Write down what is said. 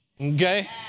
okay